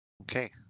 Okay